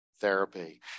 therapy